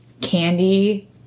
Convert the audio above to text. candy